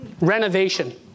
renovation